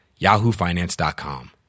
yahoofinance.com